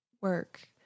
Work